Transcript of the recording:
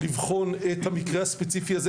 לבחון את המקרה הספציפי הזה,